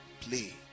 play